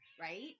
right